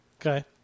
Okay